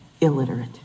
illiterate